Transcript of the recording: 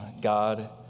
God